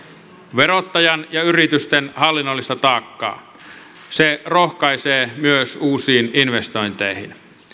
verottajan ja yritysten hallinnollista taakkaa se rohkaisee myös uusiin investointeihin